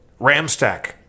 Ramstack